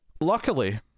Luckily